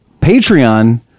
Patreon